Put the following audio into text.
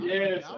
Yes